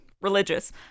religious